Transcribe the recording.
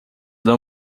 não